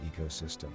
ecosystem